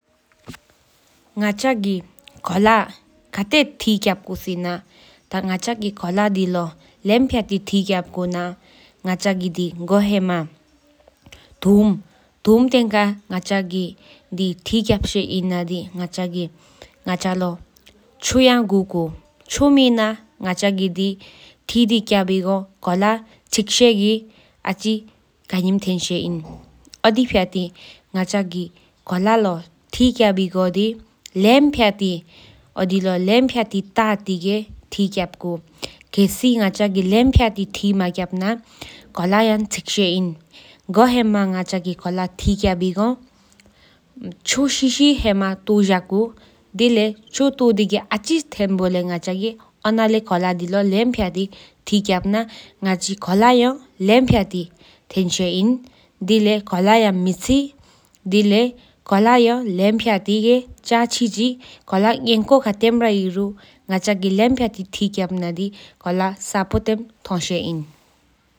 ང་ག་གི་ཁོ་ལ་ཁ་ཏེ་ཐིས་ཀྱབ་ཀུ་སེ་ན་ཐ་ང་ག་གི་ཁོ་ལ་དི་ལོ་ལེམ་ཕྱི་ཊི་ཐིས་ཀྱབ་ཀུ་ན་ང་ག་གི་སྒོ་ཧེ་མ་ཐུམ་ཐེང་ཁག་ང་ག་གི་དི་ཐིས་ཀྱ་བི་གོ་ང་ག་ལེཥ་གཅུས་དགུ་ཀུ་གཅུས་མ་ན་ང་ག་གི་ཐི་དི་ཀྱ་བི་གོ་ཁོ་ལ་ཆི་སེ་གི་ཨ་ཅི་ཁ་ནིམ་ཐེན་གིས་ཨིན། ཨོ་དིས་ཕྱི་ཊི་ང་ག་གི་ཁོ་ལ་ལོ་ཐིས་ཀྱ་བི་གོ་དི་ལེམ་ཕྱི་ཊི་ཨོ་དི་ལོ་ཏཏ་ཧི་ཀ་ཡ་ཐིས་ཀྱབ་ཀུ། ཁེལ་སེ་ང་ག་གི་ལེམ་ཕྱི་ཊི་ཐིས་མ་ཀྱ་བྷ་ན་ཁོ་ལ་ཡ་ཆི་སེ་ཨིན། གོ་ཧེ་མ་ང་ག་གི་ཐིས་ཀྱ་བི་གོ་གཅུས་ཤི་རི་ཐོ་བཀྱག་གུ་དར་ལཡ་གཅུས་ཏོང་དི་ཨ་ཅི་ཐེན་བོ་ལེ་ཡོ་ན་ལེ་ཡ་ཁོ་ལ་དི་ལོ་ལེམ་ཕྱི་ཊི་ཐིས། ཀྱ་བན་ང་ག་ཅེ་ཁོ་ལ་ལེམ་ཕྱི་ཊི་ཐེས་ཨི་དར་སྡེ་ཁོ་ལ་ཡ་ལེམ་ཕྱི་ཊི་ཆ་ཆི་ཆི་ཁོ་ལ་ངེན་ཀུ་ཁ་ཏེོ་གར་ལེོ་ལེམ་ཕྱི་ཊི་ཐིས་ཀྱ་བན་དི་ཁོ་ལ་ཡ་ས་བྷ་ཐེམ་ཐོང་སེ་ཨིན།